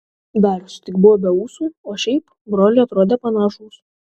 darius tik buvo be ūsų o šiaip broliai atrodė panašūs